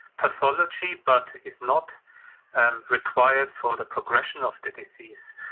pathology but is not and required for the progression of the disease,